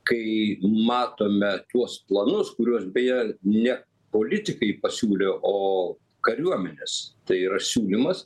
kai matome tuos planus kuriuos beje ne politikai pasiūlė o kariuomenės tai yra siūlymas